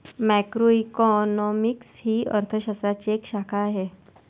macroeconomics ही अर्थ शास्त्राची एक शाखा आहे